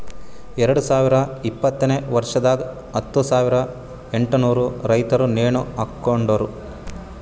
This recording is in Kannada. ಎರಡು ಸಾವಿರ ಇಪ್ಪತ್ತನೆ ವರ್ಷದಾಗ್ ಹತ್ತು ಸಾವಿರ ಎಂಟನೂರು ರೈತುರ್ ನೇಣ ಹಾಕೊಂಡಾರ್